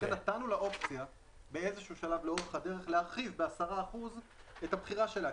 לכן נתנו לה אופציה באיזשהו שלב לאורך הדרך להרחיב ב-10% את הבחירה שלה,